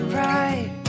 right